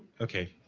okay.